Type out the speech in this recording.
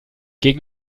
gegen